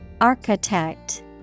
Architect